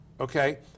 okay